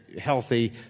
healthy